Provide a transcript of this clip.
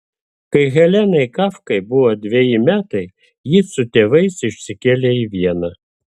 kai helenai kafkai buvo dveji metai ji su tėvais išsikėlė į vieną